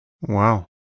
Wow